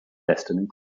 destiny